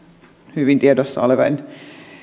hyvin tiedossa olevien